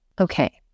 Okay